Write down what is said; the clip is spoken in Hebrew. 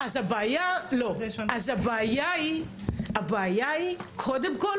לא, אז הבעיה היא קודם כל,